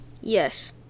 yes